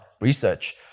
research